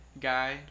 guy